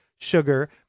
sugar